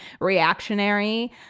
reactionary